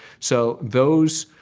so those,